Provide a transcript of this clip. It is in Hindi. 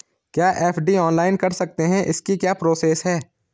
क्या एफ.डी ऑनलाइन कर सकते हैं इसकी क्या प्रोसेस है?